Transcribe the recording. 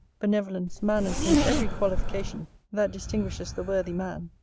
benevolence, manners and every qualification that distinguishes the worthy man.